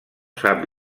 sap